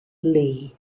lee